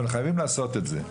אבל חייבים לעשות את זה.